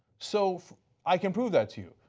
so i can prove that to you.